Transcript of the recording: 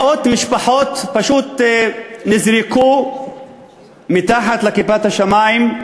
מאות משפחות פשוט נזרקו מתחת לכיפת השמים,